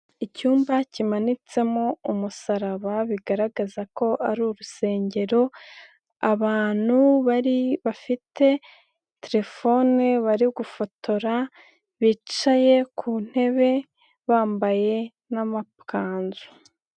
Icyumba kimanitsemo umusaraba bigaragaza ko ari urusengero, abantu bari bafite telefone bari gufotora, bicaye ku ntebe bambaye n'amakanzu.